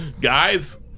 Guys